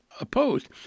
opposed